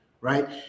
right